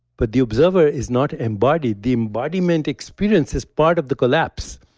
but the observer is not embodied. the embodiment experience is part of the collapse.